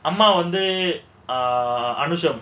அம்மா வந்து அனுஷம்:amma vandhu anusham